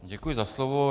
Děkuji za slovo.